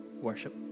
worship